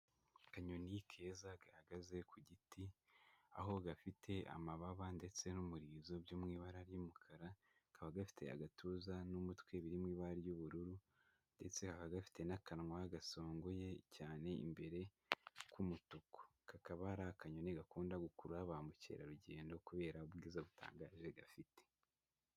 Akanyoni keza gahagaze ku giti, aho gafite amababa ndetse n'umurizo byo mu ibara ry'umukara, ka kaba gafite agatuza n'umutwe biririmo ibara ry'ubururu, ndetse kakaba gafite n'akanwa gasongoye cyane imbere k'umutuku, kakaba ari akanyoni gakunda gukurura ba mukerarugendo, kubera ubwiza butangaje gafite.